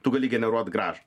tu gali generuot grąžą